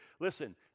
Listen